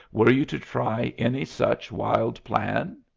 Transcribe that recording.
were you to try any such wild plan?